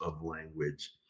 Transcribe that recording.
language